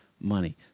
money